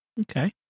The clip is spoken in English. Okay